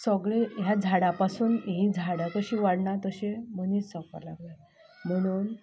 सगळें ह्या झाडां पासून हीं झाडां कशीं वाडनात तशें मनीस जावपाक लागला म्हणून